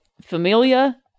Familia